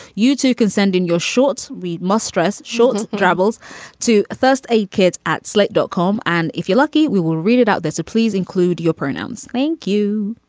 you too can send in your shorts. we must stress short troubles to first aid kids at slate dot com. and if you're lucky we will read it out there so please include your pronouns. thank you